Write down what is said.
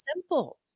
simple